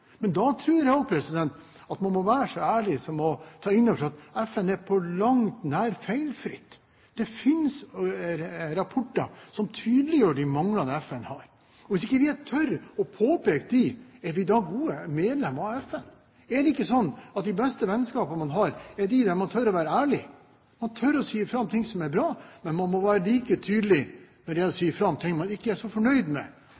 Men da tror jeg også at man må være så ærlig og ta inn over seg at FN på langt nær er feilfri. Det finnes rapporter som tydeliggjør de manglene FN har. Hvis vi ikke tør å påpeke dem, er vi da gode medlemmer av FN? Er det ikke slik at de beste vennskap man har, er de som man tør å være ærlige i, at man tør å si fra om de tingene som er bra, men at man må være like tydelig når